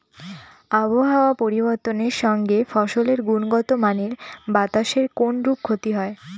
আবহাওয়ার পরিবর্তনের সঙ্গে ফসলের গুণগতমানের বাতাসের কোনরূপ ক্ষতি হয়?